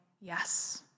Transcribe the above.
yes